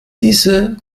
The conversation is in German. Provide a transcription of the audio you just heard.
diese